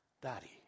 Daddy